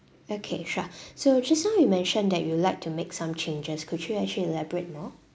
okay sure so just now you mentioned that you would like to make some changes could you actually elaborate more